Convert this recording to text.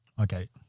Okay